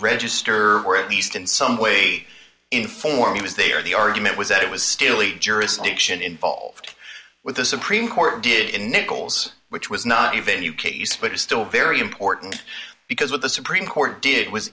register or at least in some way informed as they are the argument was that it was still a jurisdiction involved with the supreme court did in nichols which was not even you kate used but is still very important because what the supreme court did was